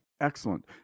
Excellent